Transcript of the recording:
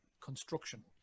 construction